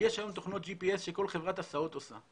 יש היום תוכנות ג'י פי אס שכל חברת הסעות עושה.